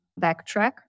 backtrack